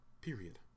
Period